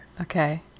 Okay